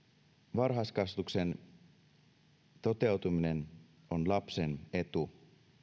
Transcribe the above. varhaiskasvatuksen toteutuminen on lapsen etu